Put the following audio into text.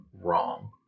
wrong